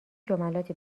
جملاتی